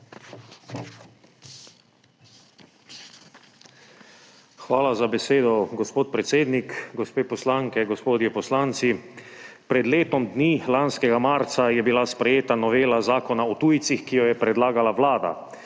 Hvala za besedo, gospod predsednik. Gospe poslanke, gospodje poslanci! Pred letom dni, lanskega marca je bila sprejeta novela Zakona o tujcih, ki jo je predlagala Vlada.